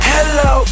Hello